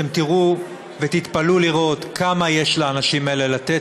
תראו ותתפלאו לראות כמה יש לאנשים האלה לתת.